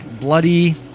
bloody